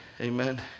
amen